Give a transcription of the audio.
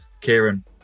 Kieran